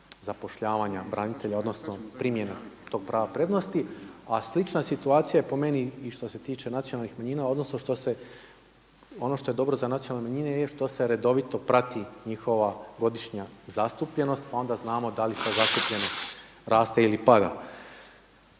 zapošljavanja branitelja odnosno primjena tog prava prednosti. A slična situacija je po meni i što se tiče nacionalnih manjina odnosno što se, ono što je dobro za nacionalne manjine je što se redovito prati njihova godišnja zastupljenost pa onda znamo da li ta zastupljenost raste ili pada.